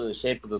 shape